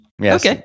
Yes